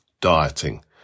dieting